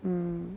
mm